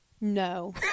no